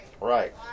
Right